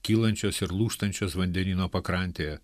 kylančios ir lūžtančios vandenyno pakrantėje